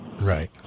Right